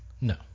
no